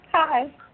Hi